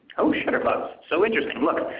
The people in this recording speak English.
oh, shutterbugs, so interesting. look,